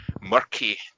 murky